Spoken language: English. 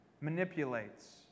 manipulates